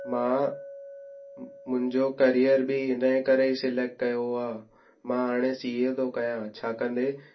मां मुंहिंजो करियर बि हिन जे करे सिलेक्ट कयो आहे मां हाणे सीए थो कयां छा कंदे